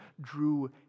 drew